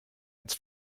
its